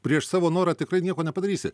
prieš savo norą tikrai nieko nepadarysi